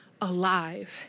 alive